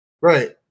Right